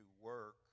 work